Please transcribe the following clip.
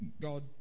God